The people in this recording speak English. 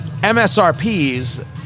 MSRPs